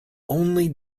only